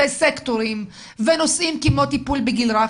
סקטורים ונושאים כמו טיפול בגיל הרך,